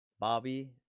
Bobby